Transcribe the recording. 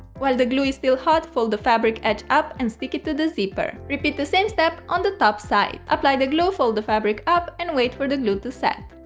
while the glue is still hot fold the fabric edge up and stick it to the zipper. repeat the same step on the top side. apply the glue, fold the fabric up and wait for the glue to set.